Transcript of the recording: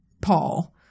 Paul